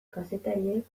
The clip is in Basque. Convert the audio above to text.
kazetariek